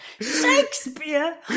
shakespeare